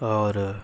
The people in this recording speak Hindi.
और